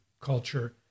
culture